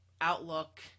outlook